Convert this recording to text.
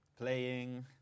Playing